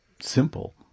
simple